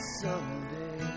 someday